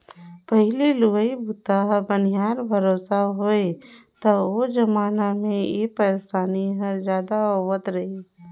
पहिली लुवई बूता ह बनिहार भरोसा होवय त ओ जमाना मे ए परसानी हर जादा होवत रही